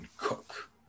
Cook